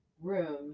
room